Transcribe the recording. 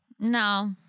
No